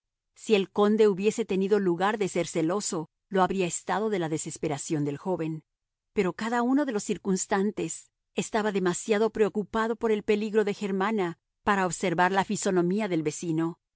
si el conde hubiese tenido lugar de ser celoso lo habría estado de la desesperación del joven pero cada uno de los circunstantes estaba demasiado preocupado por el peligro de germana para observar la fisonomía del vecino